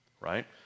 right